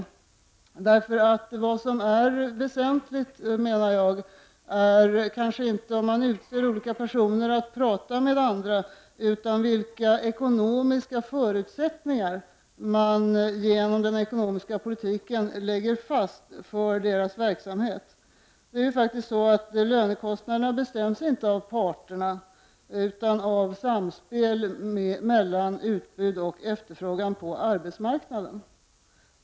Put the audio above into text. Jag menar att vad som är väsentligt är inte om man utser olika personer att tala med andra utan vilka ekonomiska förutsättningar man genom den ekonomiska politiken lägger fast för dessa personers verksamhet. Lönekostnaderna bestäms faktiskt inte av parterna utan av samspelet mellan utbud och efterfrågan på arbetsmarknaden.